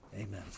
amen